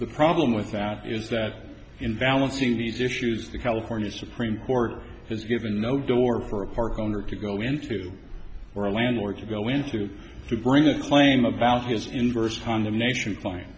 the problem with that is that invalid seeing these issues the california supreme court has given no door for a park owner to go into or a landlord to go into to bring a claim about his inverse condemnation fine